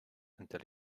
until